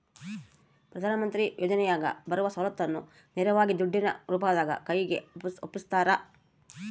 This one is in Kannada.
ಪ್ರಧಾನ ಮಂತ್ರಿ ಯೋಜನೆಯಾಗ ಬರುವ ಸೌಲತ್ತನ್ನ ನೇರವಾಗಿ ದುಡ್ಡಿನ ರೂಪದಾಗ ಕೈಗೆ ಒಪ್ಪಿಸ್ತಾರ?